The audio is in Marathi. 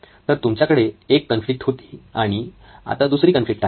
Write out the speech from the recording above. तर तुमच्याकडे एक कॉन्फ्लिक्ट होती आणि आता दुसरी कॉन्फ्लिक्ट आहे